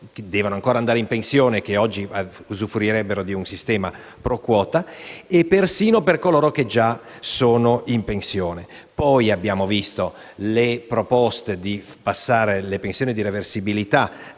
che devono ancora andare in pensione e che oggi usufruirebbero di un sistema *pro quota* e persino per coloro che sono già in pensione. Inoltre, abbiamo visto le proposte di passare le pensioni di reversibilità